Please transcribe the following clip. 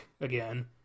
again